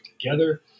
together